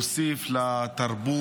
הוא הוסיף לתרבות,